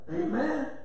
Amen